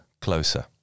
closer